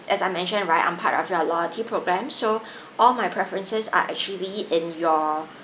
as I mentioned right I'm part of your loyalty program so all my preferences are actually in your